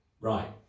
Right